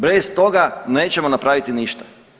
Bez toga nećemo napraviti ništa.